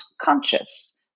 conscious